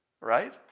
right